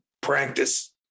practice